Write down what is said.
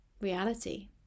reality